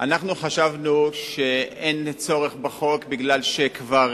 אנחנו חשבנו שאין צורך בחוק, כי כבר